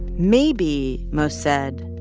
maybe, mo said,